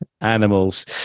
Animals